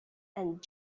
and